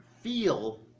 feel